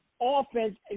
offense